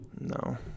No